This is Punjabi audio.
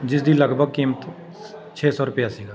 ਜਿਸ ਦੀ ਲਗਭਗ ਕੀਮਤ ਛੇ ਸੌ ਰੁਪਿਆ ਸੀਗਾ